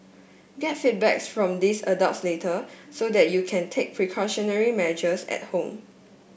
get feedback from these adults later so that you can take precautionary measures at home